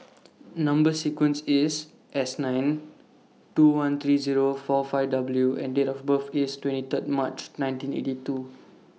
Number sequence IS S nine two one three Zero four five W and Date of birth IS twenty Third March nineteen eighty two